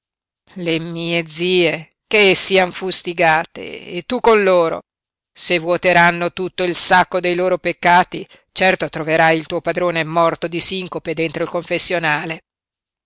le mie zie che sian fustigate e tu con loro se vuoteranno tutto il sacco dei loro peccati certo troverai il tuo padrone morto di sincope dentro il confessionale